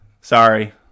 sorry